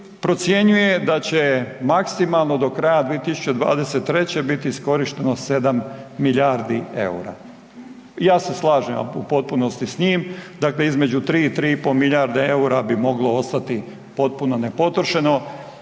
procjenjuje da će maksimalno do kraja 2023. biti iskorišteno 7 milijardi EUR-a. I ja se slažem u potpunosti s njim, dakle između 3 i 3,5 milijarde EUR-a bi moglo ostati potpuno nepotrošeno,